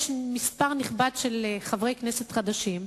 יש מספר נכבד של חברי כנסת חדשים,